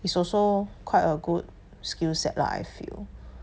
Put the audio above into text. it's also quite a good skill set lah I feel